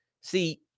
See